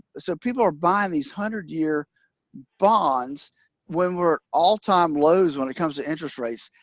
so people are buying these hundred year bonds when we're all time lows when it comes to interest rates.